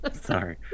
sorry